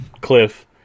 cliff